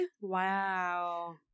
Wow